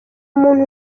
muntu